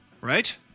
right